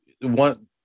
One